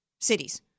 cities